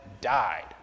died